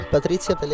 Patrizia